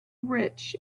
rich